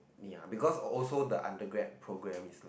ya because also the undergrad program is like